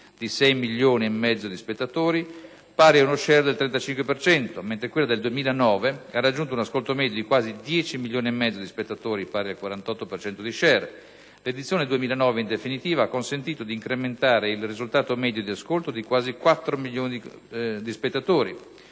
di 6 milioni e mezzo di spettatori, pari ad una *share* del 35 per cento, mentre quella del 2009 ha raggiunto un ascolto medio di quasi 10 milioni e mezzo di spettatori, pari al 48 per cento di *share*; l'edizione 2009, in definitiva, ha consentito di incrementare il risultato medio di ascolto di quasi 4 milioni di spettatori,